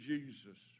Jesus